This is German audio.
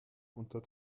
unter